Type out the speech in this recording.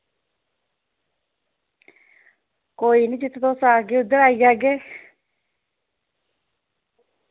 कोई निं जित्थै तुस आखगे उद्धर आई जाह्गे